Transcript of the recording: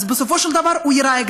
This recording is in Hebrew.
אז בסופו של דבר הוא יירה,